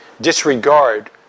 disregard